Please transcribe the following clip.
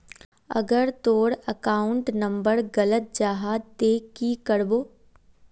अगर तोर account number गलत जाहा ते की करबो?